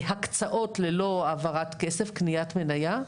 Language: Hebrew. שיקבלו הקצאות, ללא העברת כסף; קניית מנייה.